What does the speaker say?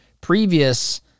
previous